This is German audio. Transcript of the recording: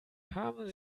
haben